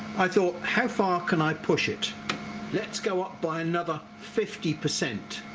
i thought how far can i push it let's go up by another fifty percent